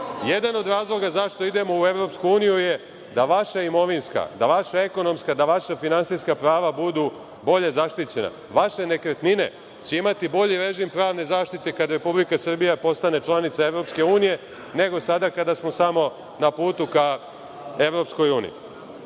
košta. Jedan od razloga zašto idemo u Evropsku uniju je da vaša imovinska, da vaša ekonomska, da vaša finansijska prava prava budu bolje zaštićena. Vaše nekretnine će imati bolji režim pravne zaštite kada Republika Srbija postane članica Evropske unije, nego sada kada smo samo na putu ka Evropskoj uniji. Ima